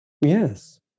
Yes